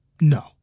No